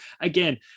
again